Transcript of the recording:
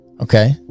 okay